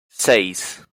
seis